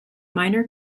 minor